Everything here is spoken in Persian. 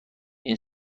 این